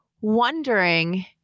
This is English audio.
wondering